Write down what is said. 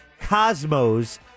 Cosmos